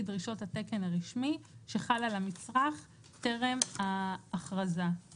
דרישות התקן הרשמי שחל על המצרך טרם האכרזה.;"